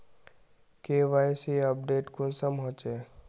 KYC update कुंसम होचे?